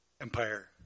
empire